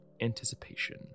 anticipation